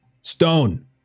Stone